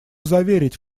заверить